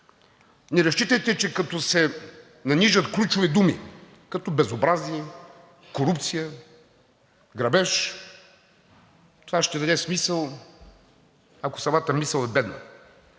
Не разчитайте, че като се нанижат ключови думи, като безобразие, корупция, грабеж, това ще даде смисъл, ако самата мисъл е бедна.